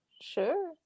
Sure